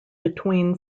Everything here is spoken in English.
between